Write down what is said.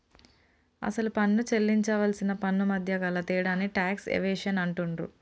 అసలు పన్ను సేల్లించవలసిన పన్నుమధ్య గల తేడాని టాక్స్ ఎవేషన్ అంటుండ్రు